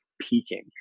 peaking